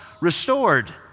restored